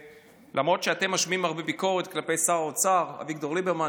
למרות שאתם משמיעים הרבה ביקורת כלפי שר האוצר אביגדור ליברמן,